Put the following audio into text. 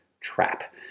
trap